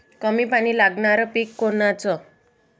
कमी पानी लागनारं पिक कोनचं?